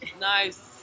nice